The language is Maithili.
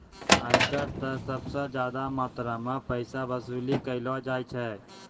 आयकर स सबस ज्यादा मात्रा म पैसा वसूली कयलो जाय छै